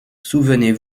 souvenez